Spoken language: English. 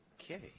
Okay